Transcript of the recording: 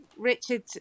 Richard